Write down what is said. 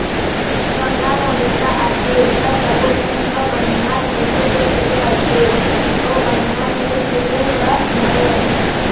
संघरा म बूता आथे त सबोझन ह बनिहार खोजे के सुरू करथे अउ बनिहार नइ मिले ल धरय